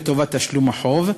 לטובת תשלום החוב,